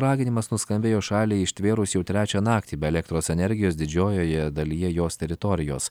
raginimas nuskambėjo šaliai ištvėrus jau trečią naktį be elektros energijos didžiojoje dalyje jos teritorijos